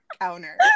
counter